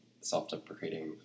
self-deprecating